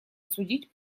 судить